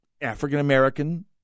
African-American